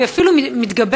והיא אפילו מתגברת,